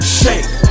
shake